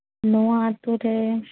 ᱱᱚᱣᱟ ᱟᱹᱛᱩ ᱨᱮ